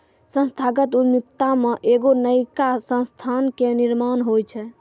संस्थागत उद्यमिता मे एगो नयका संस्था के निर्माण होय छै